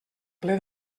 ple